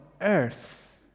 earth